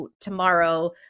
tomorrow